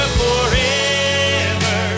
forever